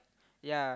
yeah